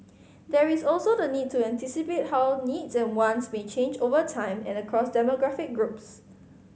there is also the need to anticipate how needs and wants may change over time and across demographic groups